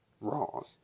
wrong